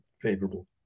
favorable